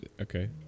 Okay